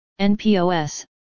NPOS